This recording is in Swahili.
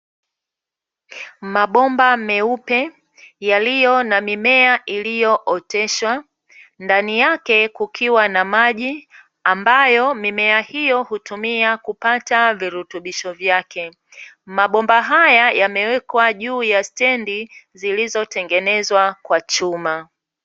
Mabomba meupe yaliyo na mimea iliyo oteshwa, ndani yake kukiwa na maji, ambayo mimea hiyo hutumia kupata virutubisho vyake. Mabomba haya yamewekwa juu ya stendi zilizo tengenezwa kwa chuma.